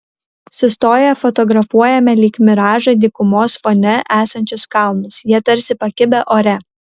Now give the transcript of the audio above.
sustoję fotografuojame lyg miražą dykumos fone esančius kalnus jie tarsi pakibę ore